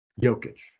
Jokic